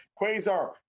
Quasar